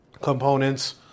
components